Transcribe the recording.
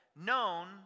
known